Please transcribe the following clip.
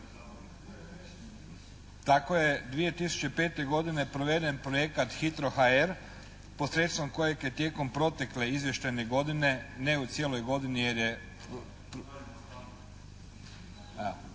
Tako je 2005. godine proveden projekat «Hitro HR» posredstvom kojeg je tijekom protekle izvještajne godine, ne u cijeloj godini jer je ...